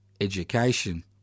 Education